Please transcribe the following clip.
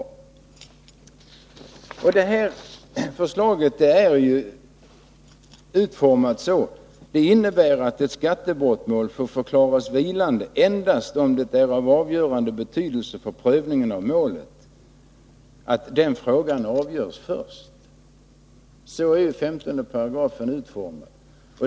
Förslaget innebär att ett skattebrottmål får förklaras vilande endast om det är av avgörande betydelse för prövningen av målet att avvakta utgången i skatteeller avgiftsfrågan. Så är den föreslagna 15 § i skattebrottslagen utformad.